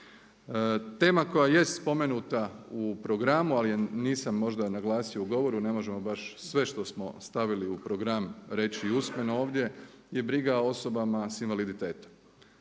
Tema koja jest spomenuta u programu ali je nisam možda naglasio u govoru, ne možemo baš sve što smo stavili u program reći i usmeno ovdje. I briga o osobama s invaliditetom.